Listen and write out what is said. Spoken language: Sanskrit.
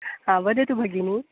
आम् वदतु भगिनी